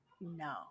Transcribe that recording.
no